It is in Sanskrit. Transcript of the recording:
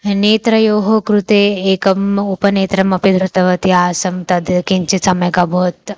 नेत्रयोः कृते एकम् उपनेत्रमपि धृतवती आसं तद् किञ्चित् सम्यक् अभवत्